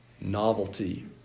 novelty